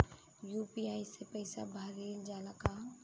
UPI से पईसा भेजल जाला का?